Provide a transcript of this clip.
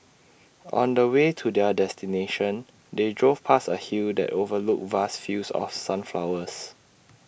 on the way to their destination they drove past A hill that overlooked vast fields of sunflowers